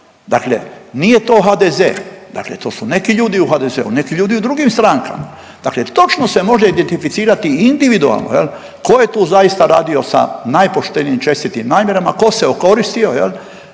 dakle nije to HDZ, dakle to su neki ljudi u HDZ-u neki ljudi u drugim strankama. Dakle točno se može identificirati i individualno jel tko je tu zaista radio sa najpoštenijim, čestitim namjerama, tko se okoristio